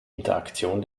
interaktion